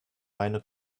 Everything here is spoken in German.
meine